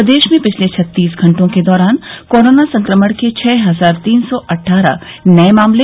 प्रदेश में पिछले छत्तीस घंटों के दौरान कोरोना संक्रमण के छः हजार तीन सौ अट्ठारह नए मामले